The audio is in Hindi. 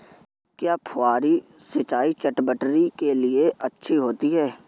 क्या फुहारी सिंचाई चटवटरी के लिए अच्छी होती है?